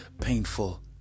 painful